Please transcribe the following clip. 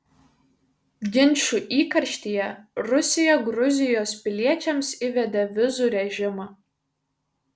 ginčų įkarštyje rusija gruzijos piliečiams įvedė vizų režimą